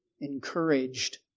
encouraged